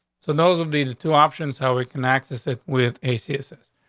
so those will be the two options how we can access it with a css.